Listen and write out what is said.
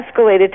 escalated